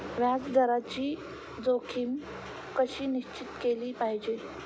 व्याज दराची जोखीम कशी निश्चित केली पाहिजे